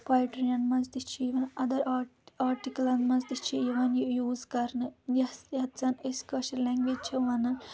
پویٹریَن منٛز تہِ چھُ یِوان اَدَر آٹِکَلَن منٛز تہِ چھِ یِوان یہِ یوٗز کَرنہٕ یۄس یَتھ زَن أسۍ کٲشِر لینٛگویج چھِ وَنان